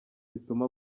bituma